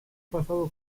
pasado